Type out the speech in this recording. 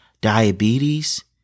diabetes